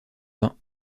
vin